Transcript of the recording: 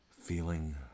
Feeling